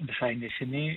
visai neseniai